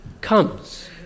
comes